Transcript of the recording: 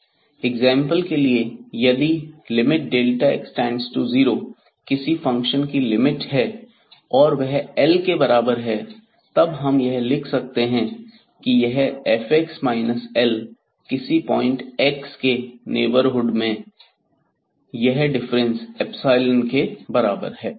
example के लिए यदि x→0 किसी फंक्शन की लिमिट है और वह L के बराबर है तब हम यह लिख सकते हैं कि यह fx L किसी पॉइंट x के नेबरहुड में यह डिफरेंस एप्सिलोन के बराबर है